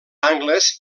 angles